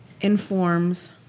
informs